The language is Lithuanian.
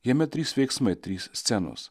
jame trys veiksmai trys scenos